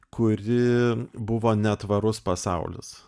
kuri buvo netvarus pasaulis